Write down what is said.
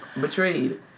betrayed